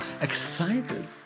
excited